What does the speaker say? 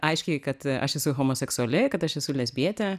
aiškiai kad aš esu homoseksuali kad aš esu lesbietė